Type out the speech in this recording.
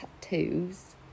tattoos